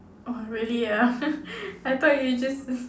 oh really ah I thought you just